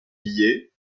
guillet